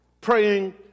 Praying